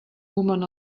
woman